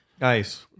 Nice